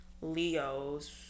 Leos